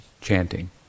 chanting